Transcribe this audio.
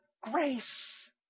Grace